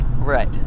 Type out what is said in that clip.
Right